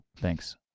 thanks